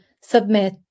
submit